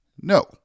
no